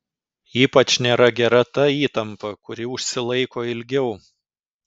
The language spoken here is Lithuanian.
ypač nėra gera ta įtampa kuri užsilaiko ilgiau